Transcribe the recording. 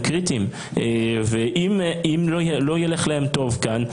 אם לא ילך להם טוב כאן,